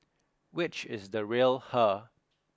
which is the real her